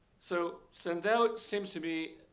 so sandel seems to be